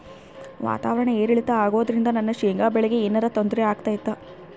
ವಾತಾವರಣ ಏರಿಳಿತ ಅಗೋದ್ರಿಂದ ನನ್ನ ಶೇಂಗಾ ಬೆಳೆಗೆ ಏನರ ತೊಂದ್ರೆ ಆಗ್ತೈತಾ?